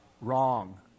Wrong